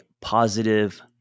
positive